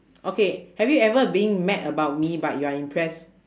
okay have you ever being mad about me but you are impress